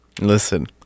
Listen